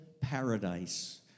paradise